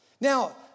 Now